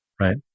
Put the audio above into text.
Right